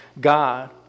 God